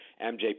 MJP